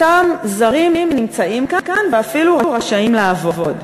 אותם זרים נמצאים כאן ואפילו רשאים לעבוד.